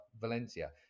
Valencia